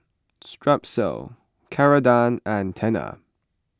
Strepsils Ceradan and Tena